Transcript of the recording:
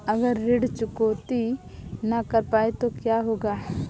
अगर ऋण चुकौती न कर पाए तो क्या होगा?